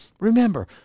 Remember